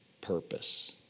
purpose